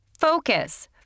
Focus